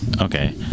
Okay